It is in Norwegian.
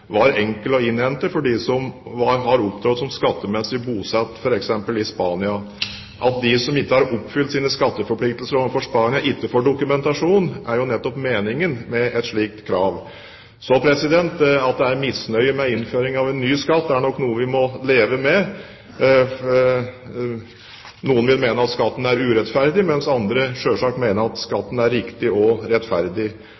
var enkel å innhente for dem som har opptrådt som skattemessig bosatt f.eks. i Spania. At de som ikke har oppfylt sine skatteforpliktelser overfor Spania, ikke får dokumentasjon, er nettopp meningen med et slikt krav. At det er misnøye med innføring av en ny skatt, er nok noe vi må leve med. Noen vil mene at skatten er urettferdig, mens andre selvsagt mener at